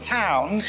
town